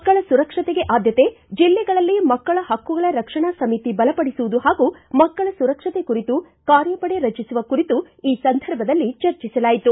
ಮಕ್ಕಳ ಸುರಕ್ಷತೆಗೆ ಆದ್ಯತೆ ಜಿಲ್ಲೆಗಳಲ್ಲಿ ಮಕ್ಕಳ ಹಕ್ಕುಗಳ ರಕ್ಷಣಾ ಸಮಿತಿ ಬಲಪಡಿಸುವುದು ಹಾಗೂ ಮಕ್ಕಳ ಸುರಕ್ಷತೆ ಕುರಿತು ಕಾರ್ಯಪಡೆ ರಚಿಸುವ ಕುರಿತು ಈ ಸಂದರ್ಭದಲ್ಲಿ ಚರ್ಚಿಸಲಾಯಿತು